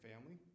family